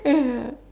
ya